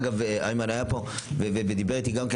אגב, איימן היה כאן וגם אחמד טיבי דיבר איתי.